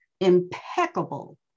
impeccable